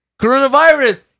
coronavirus